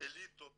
אליטות